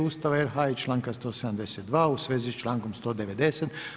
Ustava RH i članka 172. u svezi s člankom 190.